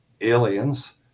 aliens